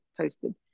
posted